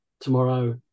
tomorrow